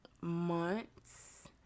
months